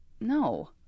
no